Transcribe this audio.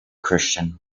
christian